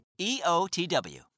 EOTW